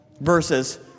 verses